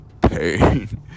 Pain